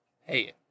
Hey